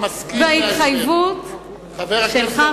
בהתחייבות שלך,